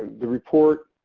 the report